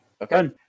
Okay